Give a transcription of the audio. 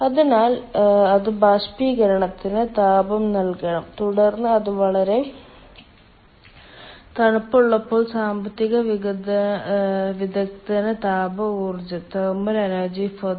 അതിനാൽ അത് ബാഷ്പീകരണത്തിന് താപം നൽകണം തുടർന്ന് അത് വളരെ തണുപ്പുള്ളപ്പോൾ സാമ്പത്തിക വിദഗ്ധന് താപ ഊർജ്ജം നൽകണം അതാണ് നമുക്ക് ലഭിക്കുന്നത്